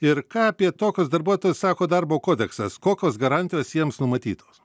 ir ką apie tokius darbuotojus sako darbo kodeksas kokios garantijos jiems numatytos